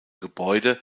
gebäude